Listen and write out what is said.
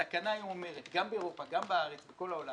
התקנה היום אומרת, גם באירופה, גם בארץ, בכל העולם